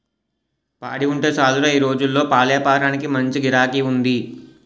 పాడి ఉంటే సాలురా ఈ రోజుల్లో పాలేపారానికి మంచి గిరాకీ ఉంది